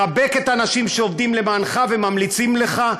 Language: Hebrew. חבק את האנשים שעובדים למענך וממליצים לך,